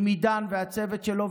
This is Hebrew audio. עם עידן והצוות שלו,